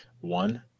one